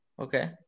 Okay